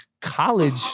college